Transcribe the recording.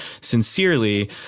sincerely